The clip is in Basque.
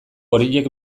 horiek